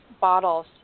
bottles